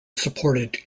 supported